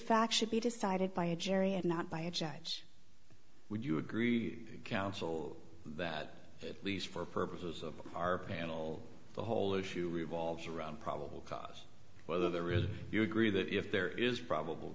fact should be decided by a jury and not by a judge would you agree counsel that at least for purposes of our panel the whole issue revolves around probable cause whether there is you agree that if there is probable